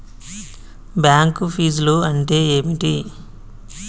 Bank ఫీజ్లు అంటే ఏమిటి?